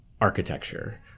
architecture